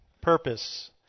purpose